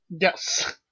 Yes